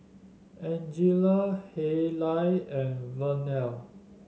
Angelia Haylie and Vernelle